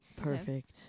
perfect